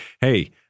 hey